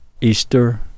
Easter